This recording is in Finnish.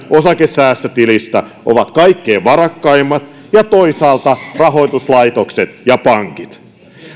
osakesäästötilistä ovat kaikkein varakkaimmat ja toisaalta rahoituslaitokset ja pankit